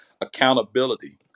Accountability